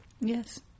Yes